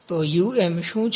તો UM શું છે